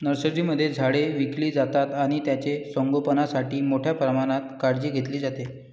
नर्सरीमध्ये झाडे विकली जातात आणि त्यांचे संगोपणासाठी मोठ्या प्रमाणात काळजी घेतली जाते